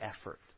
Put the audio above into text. effort